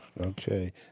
Okay